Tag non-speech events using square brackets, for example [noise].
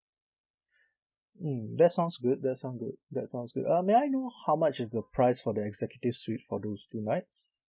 [breath] mm that sounds good that sound good that sounds good uh may I know how much is the price for the executive suite for those two nights